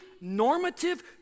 normative